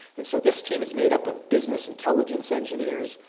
and so, this team is made up of business intelligence engineers,